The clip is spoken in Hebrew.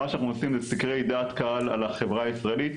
מה שאנחנו עושים זה סקרי קהל על החברה הישראלית,